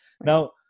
Now